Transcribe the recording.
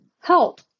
Help